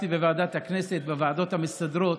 ישבתי בוועדת הכנסת, בוועדות המסדרות.